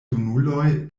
junuloj